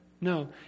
No